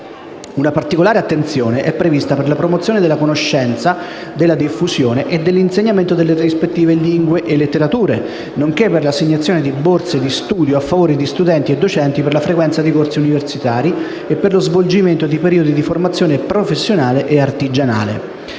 Una particolare attenzione è prevista per la promozione della conoscenza, della diffusione e dell'insegnamento delle rispettive lingue e letterature, nonché per l'assegnazione di borse di studio a favore di studenti e docenti per la frequenza di corsi universitari o per lo svolgimento di periodi di formazione professionale e artigianale.